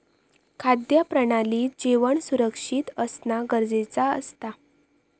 खाद्य प्रणालीत जेवण सुरक्षित असना गरजेचा असता